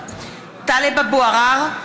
(קוראת בשמות חברי הכנסת) טלב אבו עראר,